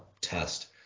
test